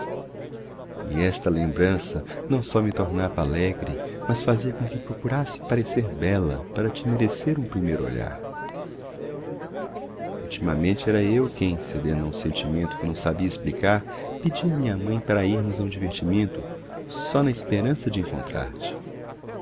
e esta lembrança não só me tornava alegre mas fazia com que procurasse parecer bela para te merecer um primeiro olhar ultimamente era eu quem cedendo a um sentimento que não sabia explicar pedia a minha mãe para irmos a um divertimento só na esperança de encontrar-te